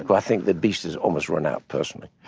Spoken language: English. but i think the beast has almost run out, personally.